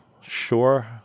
sure